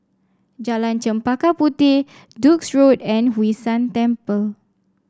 Jalan Chempaka Puteh Duke's Road and Hwee San Temple